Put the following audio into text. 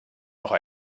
noch